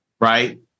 Right